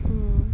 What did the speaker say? mm